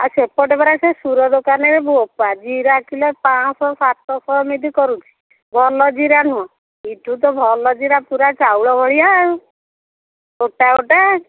ଆଉ ସେପଟେ ପରା ସେ ସୁର ଦୋକାନରେ ବୋପା ଜିରା କିଲେ ପାଁଶହ ସାତଶହ ଏମିତି କରୁଛି ଭଲ ଜିରା ନୁହଁ ଏଠୁ ତ ଭଲ ଜିରା ପୁରା ଚାଉଳ ଭଳିଆ ଆଉ ଗୋଟା ଗୋଟା